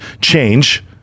change